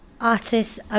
artists